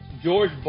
George